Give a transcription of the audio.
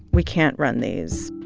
we can't run these